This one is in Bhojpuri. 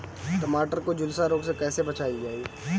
टमाटर को जुलसा रोग से कैसे बचाइल जाइ?